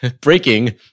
breaking